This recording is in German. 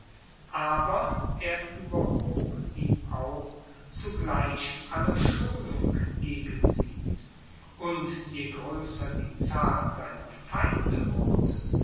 aber er überhob ihn auch zugleich aller schonung gegen sie und je größer die zahl seiner feinde wurde